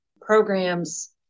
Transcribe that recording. programs